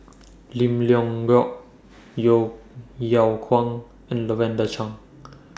Lim Leong Geok Yeo Yeow Kwang and Lavender Chang